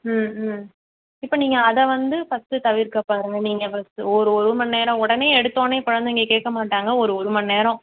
ம் ம் இப்போ நீங்கள் அதை வந்து ஃபர்ஸ்டு தவிர்க்க பாருங்க நீங்கள் ஃபர்ஸ்டு ஒரு ஒரு மணி நேரம் உடனே எடுத்தோன்னே குழந்தைங்க கேட்க மாட்டாங்க ஒரு ஒரு மணி நேரம்